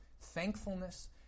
thankfulness